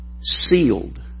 sealed